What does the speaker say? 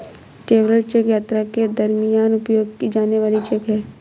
travel cheque यात्रा के दरमियान उपयोग की जाने वाली चेक है